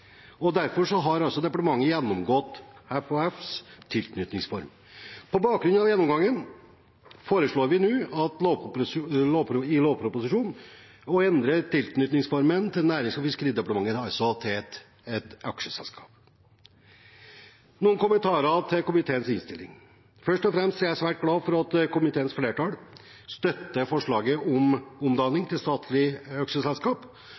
Derfor har departementet gjennomgått FHFs tilknytningsform. På bakgrunn av denne gjennomgangen foreslår vi nå i lovproposisjonen å endre tilknytningsformen til Nærings- og fiskeridepartementet til et aksjeselskap. Jeg har noen kommentarer til komiteens innstilling. Først og fremst er jeg svært glad for at komiteens flertall støtter forslaget om omdanning